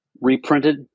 reprinted